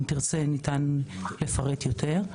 אם תרצה ניתן לפרט יותר.